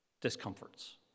discomforts